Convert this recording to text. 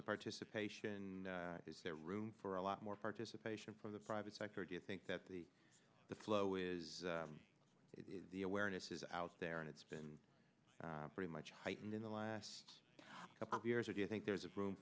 the participation is there room for a lot more participation from the private sector do you think that the flow is if the awareness is out there and it's been pretty much heightened in the last couple of years or do you think there's a room